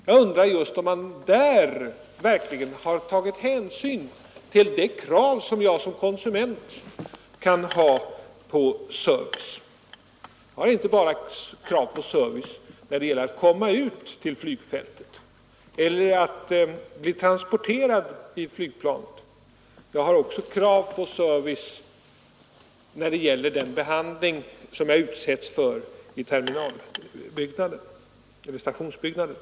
Jag undrar om man verkligen tagit hänsyn till de krav som jag som konsument kan ha på service. Jag har inte bara krav på service när det gäller att komma ut till flygfältet eller när det gäller att bli transporterad i flygplanet — jag har också krav på service när det gäller den behandling som jag utsätts för i stationsbyggnaden.